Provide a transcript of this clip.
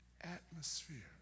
atmosphere